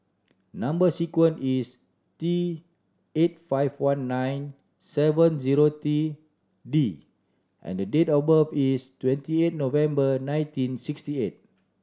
number sequence is T eight five one nine seven zero three D and the date of birth is twenty eight November nineteen sixty eight